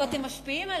ואתם משפיעים עליה.